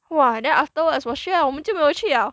!wah! then afterwards 我需要我们就没有去了